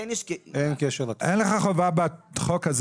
אין לך חובה בחוק הזה